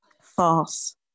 False